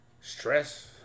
Stress